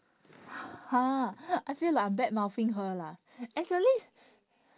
!huh! I feel like I'm badmouthing her lah actually